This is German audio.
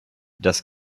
das